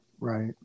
Right